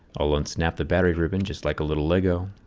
i'll unsnap the battery ribbon just like a little lego,